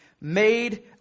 made